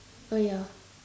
uh ya